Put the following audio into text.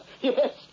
Yes